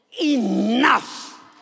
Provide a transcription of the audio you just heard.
enough